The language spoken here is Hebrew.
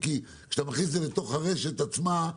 כי כשאתה מכניס את זה ברשת עצמה,